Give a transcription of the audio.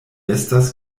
estas